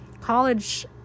college